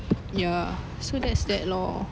ya so that's that lor